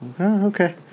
Okay